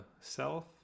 self